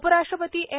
उपराष्ट्रपती एम